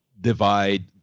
divide